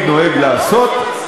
עכשיו השר מציג את היתרונות של החוק.